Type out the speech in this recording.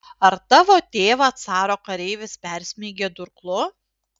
ar tavo tėvą caro kareivis persmeigė durklu